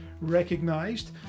recognised